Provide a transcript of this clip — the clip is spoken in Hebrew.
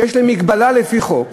שיש להם מגבלה לפי חוק,